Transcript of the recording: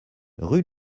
rue